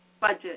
budget